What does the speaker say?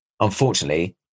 unfortunately